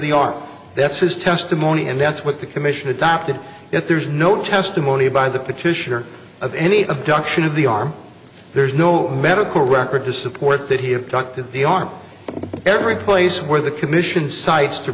the art that's his testimony and that's what the commission adopted if there's no testimony by the petitioner of any abduction of the arm there's no medical record to support that he had talked with the arm every place where the commission cites to